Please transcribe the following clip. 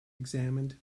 examined